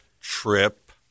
trip